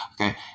okay